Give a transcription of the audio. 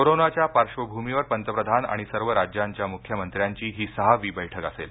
कोरोनाच्या पार्श्वभूमीवर पंतप्रधान आणि सर्व राज्यांच्या मुख्यमंत्र्यांची ही सहावी बैठक असेल